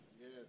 Yes